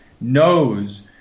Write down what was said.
knows